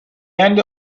end